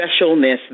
specialness